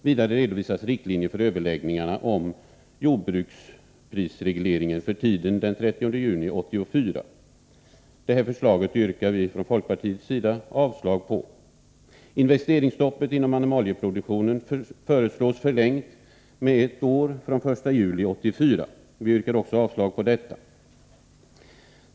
Vidare redovisas riktlinjer för överläggningarna av jordbruksprisregleringen för tiden efter den 30 juni 1984. Detta förslag yrkar vi avslag på. Investeringsstoppet inom animalieproduktionen föreslås förlängt med ett år från den 1 juli 1984. Vi yrkar avslag också på detta.